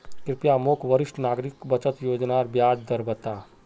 कृप्या मोक वरिष्ठ नागरिक बचत योज्नार ब्याज दर बता